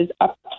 up